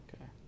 Okay